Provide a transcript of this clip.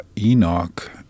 Enoch